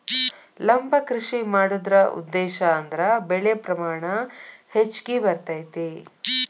ಲಂಬ ಕೃಷಿ ಮಾಡುದ್ರ ಉದ್ದೇಶಾ ಅಂದ್ರ ಬೆಳೆ ಪ್ರಮಾಣ ಹೆಚ್ಗಿ ಬರ್ತೈತಿ